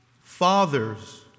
Fathers